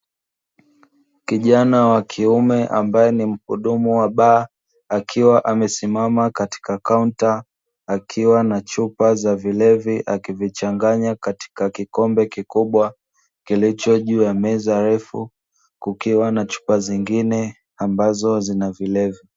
Kijana wa kiume ambae ni muhudumu wa baa akiwa amesimama katika kaunta, akiwa na chupa za vilevi akivichanganya katika kikombe kikubwa, kilicho juu ya meza refu kukiwa na chupa zingine ambazo zina vilevi.